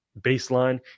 baseline